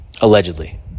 allegedly